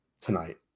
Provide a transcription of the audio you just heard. tonight